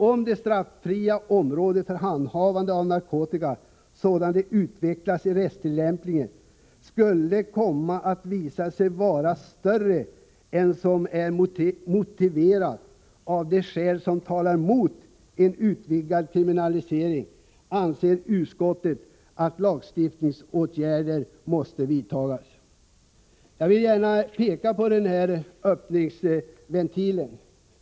Om det straffria området för handhavande av narkotika sådant det utvecklas i rättstillämpningen skulle komma att visa sig vara större än som är motiverat av de skäl som talar mot en utvidgad kriminalisering, anser utskottet att lagstiftningsåtgärder måste övervägas.” Jag ville gärna påpeka denna öppningsventil.